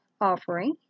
offering